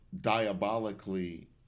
diabolically